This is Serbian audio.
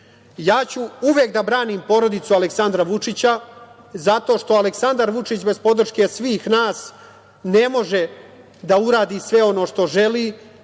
ću uvek da branim porodicu Aleksandra Vučića zato što Aleksandar Vučić bez podrške svih nas ne može da uradi sve ono što želi,